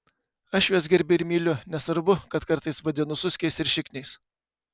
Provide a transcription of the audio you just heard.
aš juos gerbiu ir myliu nesvarbu kad kartais vadinu suskiais ir šikniais